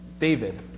David